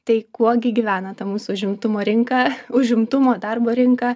tai kuo gi gyvena ta mūsų užimtumo rinka užimtumo darbo rinką